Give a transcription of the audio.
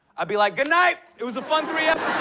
i'd be like, good night! it was a fun three ah